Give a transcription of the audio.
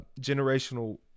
generational